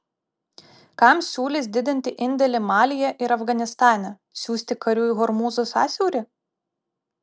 kam siūlys didinti indėlį malyje ir afganistane siųsti karių į hormūzo sąsiaurį